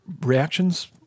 reactions